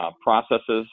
Processes